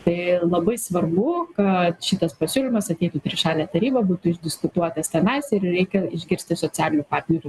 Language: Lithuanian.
tai labai svarbu kad šitas pasiūlymas ateitų į trišalę tarybą būtų išdiskutuotas tenai reikia išgirsti socialinių partnerių